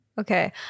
Okay